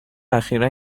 اخیرا